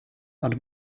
ond